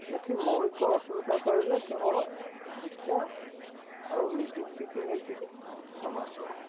ଏଇଠି ମୌଳିକ ଅସୁବିଧା କହିଲେ କେବଳ ଶିକ୍ଷା ଆଉ ନିଯୁକ୍ତିକୁ ନେଇକରି ସମସ୍ୟା